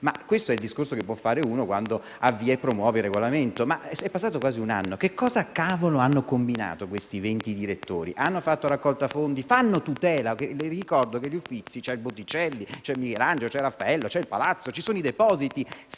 questo discorso può farlo chi avvia e promuove il regolamento, ma è passato quasi un anno: cosa hanno combinato questi 20 direttori? Hanno fatto una raccolta fondi? Fanno tutela? Vi ricordo che negli Uffizi c'è Botticelli, Michelangelo, Raffaello; c'è il palazzo, ci sono i depositi.